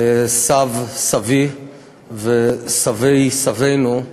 לסב-סבי ולסבי-סבינו,